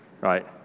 Right